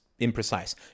imprecise